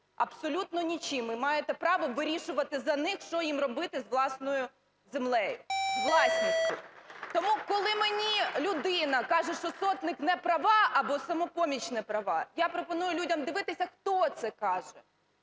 абсолютно нічим і маєте право вирішувати за них, що їм робити з власною землею, власністю. Тому, коли мені людина каже, що Сотник неправа, або "Самопоміч" неправа, я пропоную людям дивитися, хто це каже,